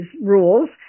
rules